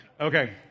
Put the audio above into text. Okay